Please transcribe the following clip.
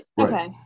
okay